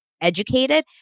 educated